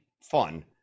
fun